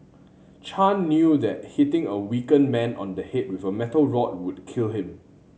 Chan knew that hitting a weakened man on the head with a metal rod would kill him